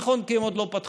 נכון, כי הן עוד לא פתחו.